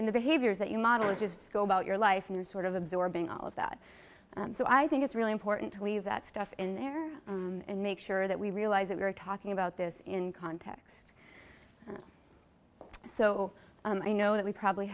in the behaviors that you model is just go about your life and sort of absorbing all of that so i think it's really important to leave that stuff in there and make sure that we realize that we are talking about this in context so i know that we probably